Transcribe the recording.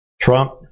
Trump